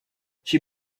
she